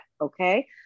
okay